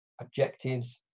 objectives